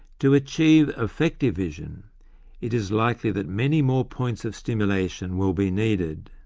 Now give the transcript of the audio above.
to achieve effective vision it is likely that many more points of stimulation will be needed.